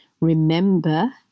Remember